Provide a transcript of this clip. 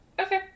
Okay